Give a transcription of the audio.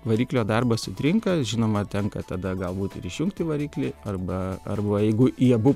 variklio darbas sutrinka žinoma tenka tada galbūt ir išjungti variklį arba arba jeigu į abu